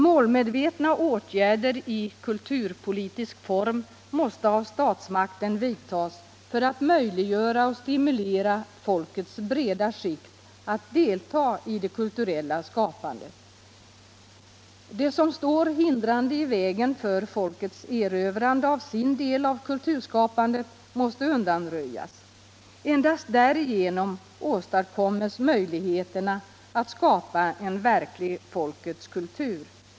Målmedvetna åtgärder i kulturpolitisk form måste av statsmakten vidtas för att möjliggöra och stimulera folkets breda skikt att delta i det kultureta skapandet. Det som står hindrande i vägen för folkets erövrande av sin del av kulturskapandet måste undanröjas. Endast därigenom åstadkommes möjligheterna att skapa en verklig folkets kultur.